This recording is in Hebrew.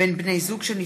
מאת חברי הכנסת קארין